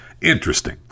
Interesting